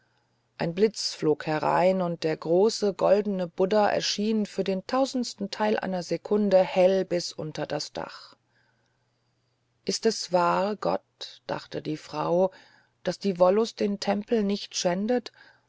ein blitz flog herein und der große goldene buddha erschien für den tausendsten teil einer sekunde hell bis unter das dach ist es wahr gott dachte die frau daß die wollust den tempel nicht schändet